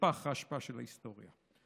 לפח האשפה של ההיסטוריה.